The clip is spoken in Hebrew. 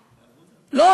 לא,